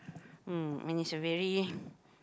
mm and it's a very